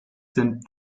sind